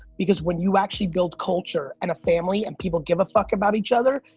because when you actually build culture, and a family, and people give a fuck about each other,